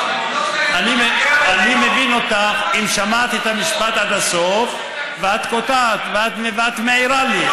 אני מבין אותך אם שמעת את המשפט עד הסוף ואת קוטעת ואת מעירה לי,